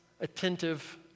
attentive